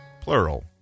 plural